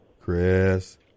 Chris